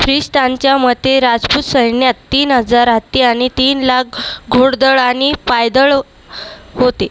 फिशस्टांच्या मते राजपूत सैन्यात तीनहजार हत्ती आणि तीन लाख घोडदळ आणि पायदळ होते